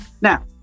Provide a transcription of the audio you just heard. Now